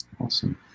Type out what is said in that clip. awesome